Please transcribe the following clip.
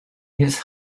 his